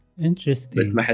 Interesting